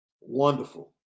Wonderful